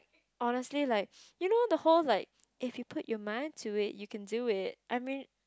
honestly like you know the whole like if you put your mind to it you can do it I mean